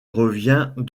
revient